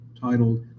titled